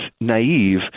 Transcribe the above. naive